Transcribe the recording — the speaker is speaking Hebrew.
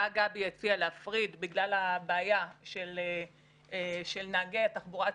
שבה גבי הציע להפריד בגלל הבעיה של נהגי התחבורה הציבורית,